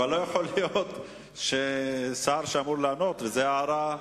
אבל לא יכול להיות שהשר שאמור לענות, וזאת הערה,